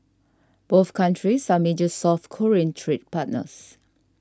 both countries are major South Korean trade partners